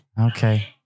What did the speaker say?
Okay